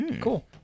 Cool